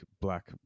black